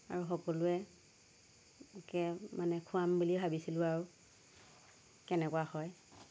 আৰু সকলোৱে একে মানে খোৱাম বুলি ভাবিছিলোঁ আৰু কেনেকুৱা হয়